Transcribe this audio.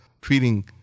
treating